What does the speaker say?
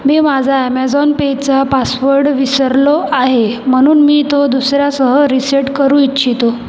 मी माझा अॅमेझॉन पेचा पासवर्ड विसरलो आहे म्हणून मी तो दुसर्यासह रीसेट करू इच्छितो